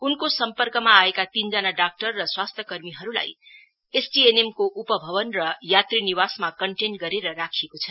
उनको सम्पर्कमा आएका तीनजना डाक्टर र स्वास्थ्य कर्मीहरूलाई एसटीएनएमको उपभवन र यात्री निवासमा कन्टेन गरेर राखिएको छ